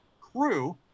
Crew